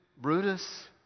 Brutus